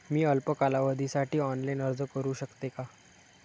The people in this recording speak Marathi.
मी अल्प कालावधीसाठी ऑनलाइन अर्ज करू शकते का?